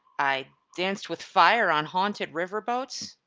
i danced with fire on haunted river boats.